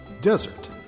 desert